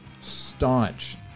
staunch